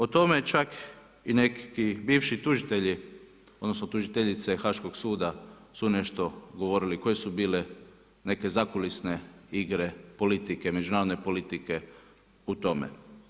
O tome čak i neki bivši tužitelji odnosno tužiteljice Haškog suda su nešto govorili koje su bile neke zakulisne igre politike, međunarodne politike u tome.